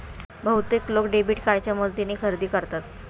बहुतेक लोक डेबिट कार्डच्या मदतीने खरेदी करतात